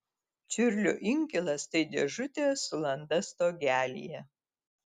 čiurlio inkilas tai dėžutė su landa stogelyje